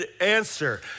answer